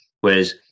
whereas